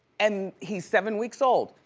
and he's seven weeks old.